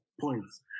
points